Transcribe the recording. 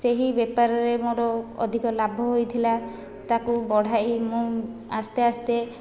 ସେହି ବେପାରରେ ମୋର ଅଧିକ ଲାଭ ହୋଇଥିଲା ତାକୁ ବଢ଼ାଇ ମୁଁ ଆସ୍ତେ ଆସ୍ତେ